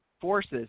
forces